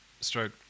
Stroke